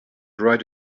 write